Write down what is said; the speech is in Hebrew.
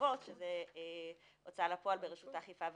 חובות שזה הוצאה לפועל ורשות האכיפה והגבייה.